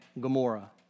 Gomorrah